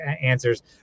answers